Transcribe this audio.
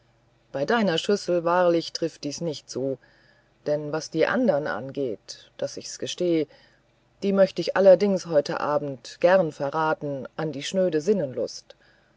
bei deiner schüssel wahrlich trifft dies nicht zu denn was die anderen angeht daß ich's gestehe die möchte ich allerdings heute abend gerne verraten an die schnöde